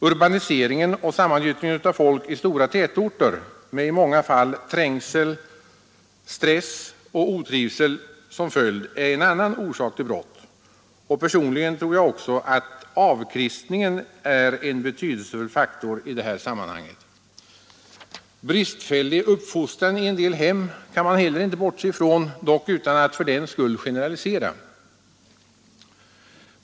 Urbaniseringen och sammangyttringen av folk i stora tätorter med i många fall trängsel, stress och otrivsel som följd är en annan orsak till brott. Personligen tror jag också att avkristningen är en betydelsefull faktor i detta sammanhang. Bristfällig uppfostran i en del hem kan man heller inte bortse från, även om man fördenskull inte heller skall generalisera.